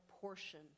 portion